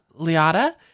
Liotta